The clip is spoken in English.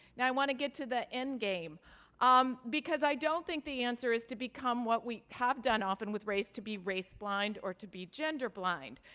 now, i want to get to the end game um because i don't think the answer is to become what we have done often with race, to be race blind or to be gender blind.